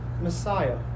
Messiah